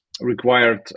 required